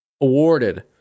Awarded